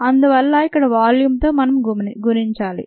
అందువల్ల ఇక్కడ వాల్యూమ్తో మనం గుణించాలి